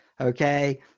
okay